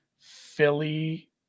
Philly